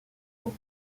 pour